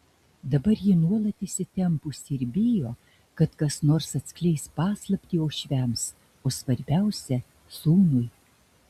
dabar ji nuolat įsitempusi ir bijo kad kas nors atskleis paslaptį uošviams o svarbiausia sūnui